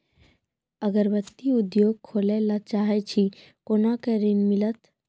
अगरबत्ती उद्योग खोले ला चाहे छी कोना के ऋण मिलत?